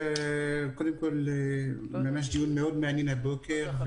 קודם כול הדיון ממש מעניין הבוקר,